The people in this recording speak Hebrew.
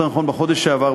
יותר נכון בחודש שעבר,